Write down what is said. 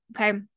Okay